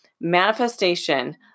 manifestation